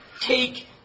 take